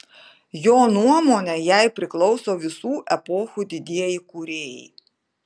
jo nuomone jai priklauso visų epochų didieji kūrėjai